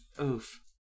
Oof